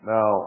Now